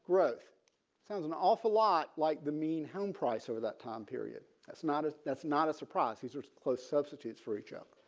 growth sounds an awful lot like the median home price over that time period. that's not a that's not a surprise. these are close substitutes for each of